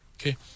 Okay